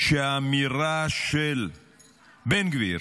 שהאמירה של בן גביר